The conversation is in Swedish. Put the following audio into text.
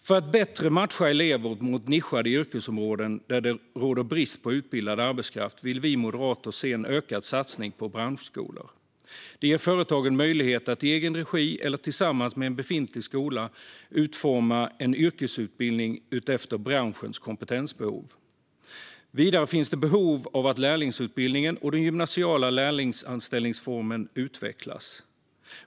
För att bättre matcha elever mot nischade yrkesområden där det råder brist på utbildad arbetskraft vill vi moderater se en ökad satsning på branschskolor. Detta ger företag en möjlighet att i egen regi, eller tillsammans med en befintlig skola, utforma en yrkesutbildning efter branschens kompetensbehov. Vidare finns det behov av att lärlingsutbildningen och den gymnasiala lärlingsanställningsformen utvecklas.